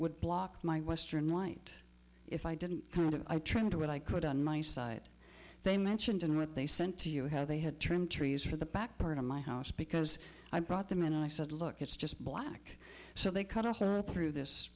would block my western light if i didn't come out of trying to what i could on my side they mentioned and what they sent to you how they had turned trees for the back part of my house because i brought them in and i said look it's just black so they cut a hole through this